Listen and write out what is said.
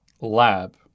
lab